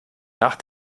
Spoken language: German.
nach